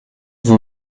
vous